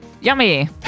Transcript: Yummy